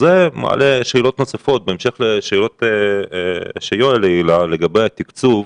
וזה מעלה שאלות נוספות בהמשך לשאלות שיואל העלה לגבי התקצוב.